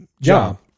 Job